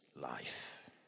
life